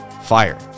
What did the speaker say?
fire